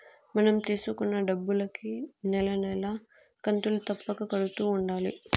మనం తీసుకున్న డబ్బులుకి నెల నెలా కంతులు తప్పక కడుతూ ఉండాలి